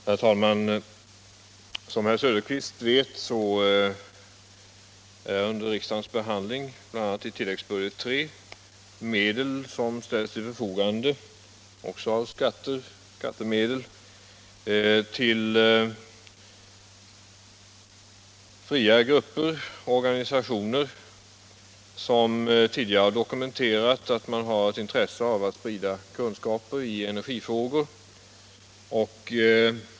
Herr talman! Som herr Söderqvist vet är under riksdagens behandling, bl.a. i tilläggsbudget III, frågor om anslag som ställs till förfogande — också av skattemedel — för fria grupper och organisationer som tidigare har dokumenterat att de har intresse av att sprida kunskap i energifrågor.